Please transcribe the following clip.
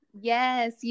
yes